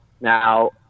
Now